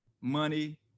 money